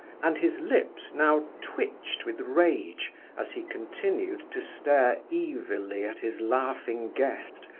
and his lips now twitched with rage as he continued to stare evilly at his laughing guest,